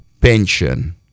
pension